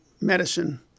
medicine